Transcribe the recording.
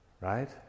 right